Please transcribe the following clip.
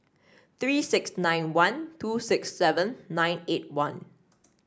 three six nine one two six seven nine eight one